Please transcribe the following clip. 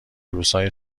روزهای